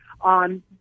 on